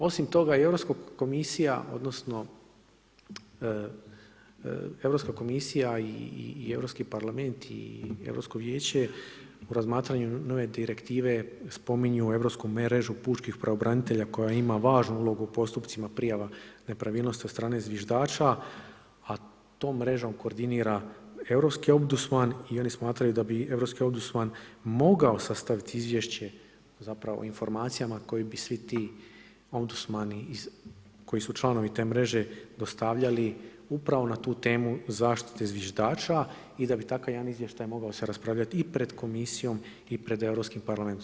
Osim toga i Europska komisija, odnosno, Europska komisija i Europski parlament i Europsko vijeće u razmatranju nove direktive, spominju europsku mrežu pučkih pravobranitelja koja ima važnu ulogu u postupcima prijava nepravilnosti od strane zviždača a tom mrežom koordinira europski obusman i oni smatraju da bi europski obusman mogao sastaviti izvješće zapravo informacijama kojim bi svi ti obusmani koji su članovi te mreže dostavljali upravo na tu temu zaštite zviždača i da bi takav jedan izvještaj mogao se raspravljati i pred komisijom i pred Europskim parlamentom.